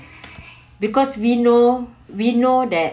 because we know we know that